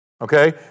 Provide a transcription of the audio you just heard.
okay